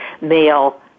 male